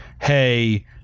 hey